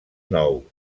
nou